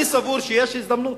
אני סבור שיש הזדמנות.